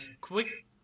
quick